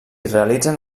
realitzen